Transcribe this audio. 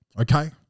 okay